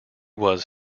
was